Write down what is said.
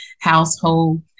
household